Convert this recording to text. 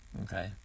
Okay